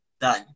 done